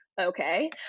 okay